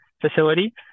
facility